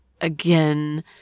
again